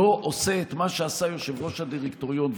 לא עושה את מה שעשה יושב-ראש הדירקטוריון,